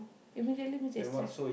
immediately means yesterday